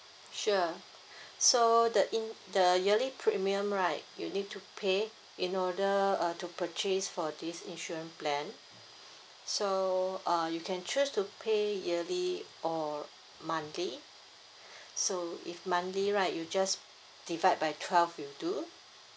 sure so the in the yearly premium right you need to pay in order uh to purchase for this insurance plan so uh you can choose to pay yearly or monthly so if monthly right you just divide by twelve will do